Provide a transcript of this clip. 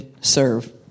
serve